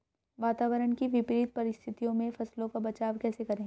वातावरण की विपरीत परिस्थितियों में फसलों का बचाव कैसे करें?